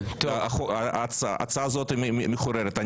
ההצעה הזאת מחוררת.